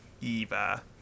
Eva